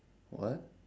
what